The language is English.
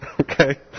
Okay